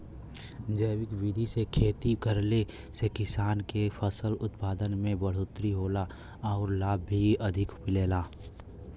जैविक विधि से खेती करले से किसान के फसल उत्पादन में बढ़ोतरी होला आउर लाभ भी अधिक मिलेला